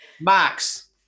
Max